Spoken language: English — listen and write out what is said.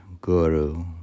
Guru